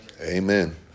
Amen